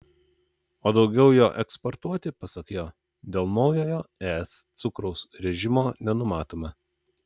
o daugiau jo eksportuoti pasak jo dėl naujojo es cukraus režimo nenumatoma